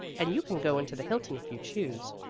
and you can go into the hilton if you choose.